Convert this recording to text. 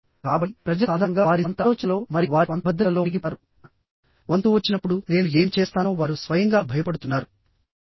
కాబట్టి ప్రజలు సాధారణంగా వారి స్వంత ఆలోచనలలో మరియు వారి స్వంత అభద్రతలలో మునిగిపోతారు నా వంతు వచ్చినప్పుడు నేను ఏమి చేస్తానో వారు స్వయంగా భయపడుతున్నారు